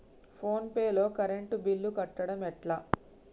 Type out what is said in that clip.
Phone pay లో current bill కట్టడం ఎట్లా?